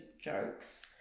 jokes